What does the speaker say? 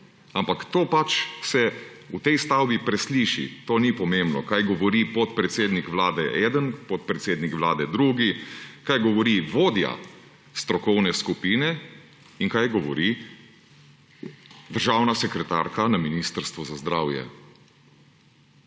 Ampak to se pač v tej stavbi presliši, ni pomembno to, kar govori podpredsednik Vlade eden, podpredsednik Vlade drugi, kar govori vodja strokovne skupine in kar govori državna sekretarka na Ministrstvu za zdravje.